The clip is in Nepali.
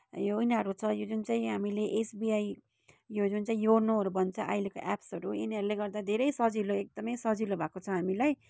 यो यिनीहरू छ यो जुन चाहिँ हामीले एसबिआई यो जुन चाहिँ योनोहरू भन्छ अहिलेको एप्सहरू यिनीहरूले गर्दा धेरै नै सजिलो एकदमै सजिलो भएको छ हामीलाई